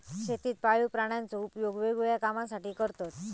शेतीत पाळीव प्राण्यांचो उपयोग वेगवेगळ्या कामांसाठी करतत